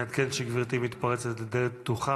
אני אעדכן שגברתי מתפרצת לדלת פתוחה.